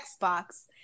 Xbox